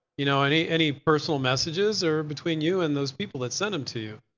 you know, any any personal messages are between you and those people that sent them to you.